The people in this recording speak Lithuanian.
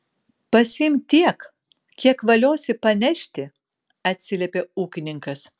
pasiimk tiek kiek valiosi panešti atsiliepė ūkininkas